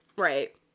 right